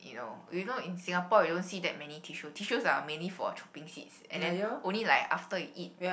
you know you know in Singapore you don't see that many tissue tissues are mainly for chopping seats and then only like after you eat